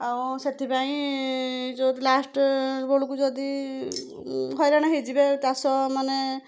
ଆଉ ସେଥିପାଇଁ ଯୋଉ ଲାଷ୍ଟ ବେଳୁକୁ ଯଦି ହଇରାଣ ହେଇଯିବେ ଚାଷ ମାନେ